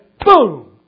boom